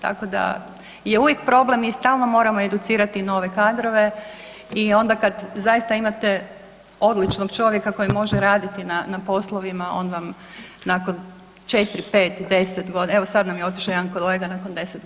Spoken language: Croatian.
Tako da je uvijek problem i stalno moramo educirati nove kadrove i onda kad zaista imate odličnog čovjeka koji može raditi na poslovima, on vam nakon 4, 5, 10 g., evo sad nam je otišao jedan kolega nakon 10 g. rada.